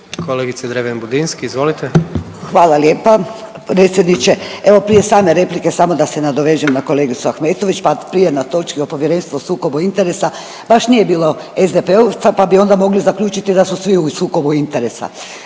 izvolite. **Dreven Budinski, Nadica (HDZ)** Hvala lijepa predsjedniče. Evo prije same replike samo da se nadovežem na kolegicu Ahmetović, pa prije na točku o povjerenstvu o sukobu interesa baš nije bilo SDP-ovca, pa bi onda mogli zaključiti da su svi u sukobu interesa.